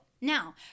Now